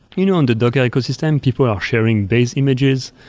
you know and docker ecosystem, people are sharing base images.